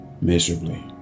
miserably